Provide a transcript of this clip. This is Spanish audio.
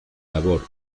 labor